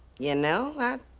you know, i,